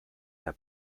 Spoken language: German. der